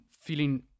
feeling